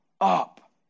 up